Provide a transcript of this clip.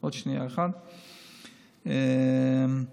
שמולי,